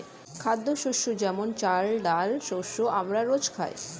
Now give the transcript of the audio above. খাদ্যশস্য যেমন চাল, ডাল শস্য আমরা রোজ খাই